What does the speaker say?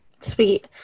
Sweet